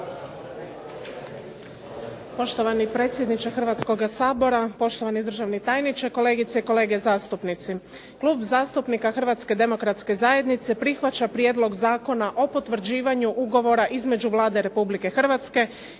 Poštovani predsjedniče Hrvatskoga sabora, poštovani državni tajniče, kolegice i kolege zastupnici. Klub zastupnika Hrvatska demokratske zajednice prihvaća Prijedlog zakona o potvrđivanju ugovora između Vlade Republike Hrvatske